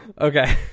okay